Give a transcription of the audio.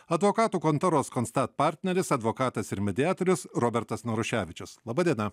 advokatų kontoros konstat partneris advokatas ir mediatorius robertas naruševičius laba diena